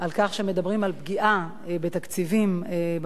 על פגיעה בתקציבים במוסדות להשכלה גבוהה.